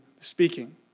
speaking